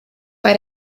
bei